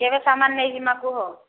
କେବେ ସାମାନ ନେଇଯିମା କୁହ